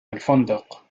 الفندق